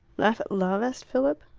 laugh at love? asked philip.